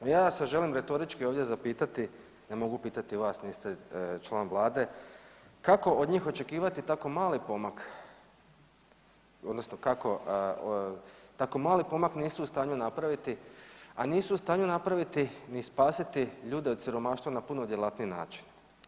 A ja se želim retorički ovdje zapitati, ne mogu pitati vas, niste član Vlade, kako od njih očekivati tako mali pomak odnosno kako tako mali pomak nisu u stanju napraviti, a nisu u stanju napraviti i spasiti ljude od siromaštva na puno djelatniji način?